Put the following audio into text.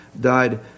died